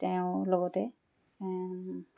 তেওঁৰ লগতে